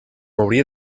hauria